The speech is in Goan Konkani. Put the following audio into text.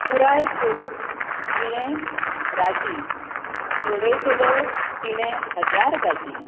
पुराय करूंक जिणें राटी सोडयतल्यो तिणें हजार गाटी